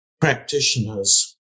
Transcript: practitioners